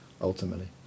ultimately